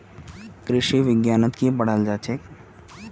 कृषि विज्ञानत की पढ़ाल जाछेक